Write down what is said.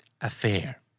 affair